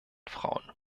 frauen